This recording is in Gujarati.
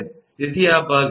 તેથી આ ભાગ 𝑑 છે